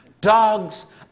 Dogs